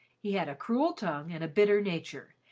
he had a cruel tongue and a bitter nature,